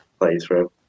playthrough